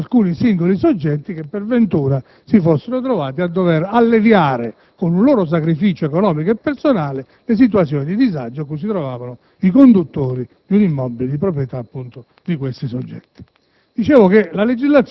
non soltanto ad alcuni singoli soggetti che per ventura si fossero trovati a dovere alleviare con un sacrificio economico personale le situazioni di disagio in cui si trovavano i conduttori degli immobili di proprietà di questi soggetti.